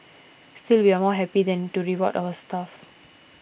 still we are more happy than to reward our staff